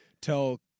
tell